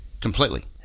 completely